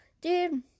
Dude